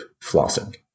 flossing